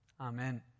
Amen